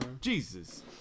Jesus